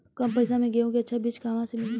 कम पैसा में गेहूं के अच्छा बिज कहवा से ली?